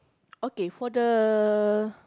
okay for the